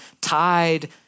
tied